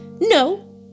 No